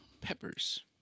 Peppers